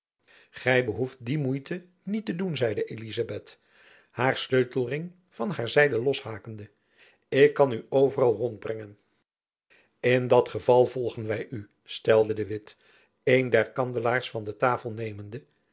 gy behoeft die moeite niet te doen zeide elizabeth haar sleutelring van haar zijde loshakende ik kan u overal rondbrengen in dat geval volgen wy u zeide de witt een der kandelaars van de tafel nemende